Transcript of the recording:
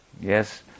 Yes